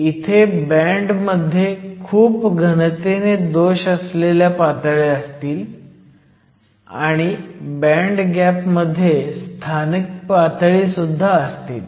इथे बँड मध्ये खूप घनतेने दोष असलेल्या पातळी असतील आणि बँड गॅप मध्ये स्थानिक पातळीसुद्धा असतील